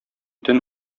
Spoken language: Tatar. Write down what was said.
төн